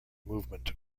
movement